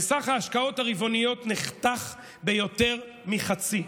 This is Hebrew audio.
וסך ההשקעות הרבעוניות נחתך ביותר מחצי.